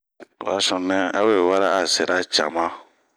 Ho a sununɛ a we wera a sera cama.